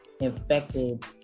infected